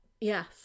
Yes